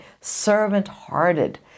servant-hearted